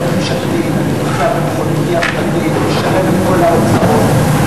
ויתרתי על מכונית, משלם את כל ההוצאות.